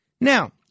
Now